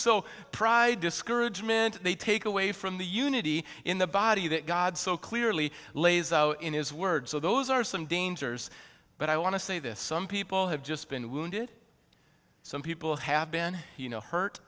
so pride discouragement they take away from the unity in the body that god so clearly lays out in his word so those are some dangers but i want to say this some people have just been wounded some people have been